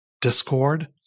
discord